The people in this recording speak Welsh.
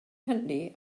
hynny